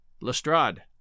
Lestrade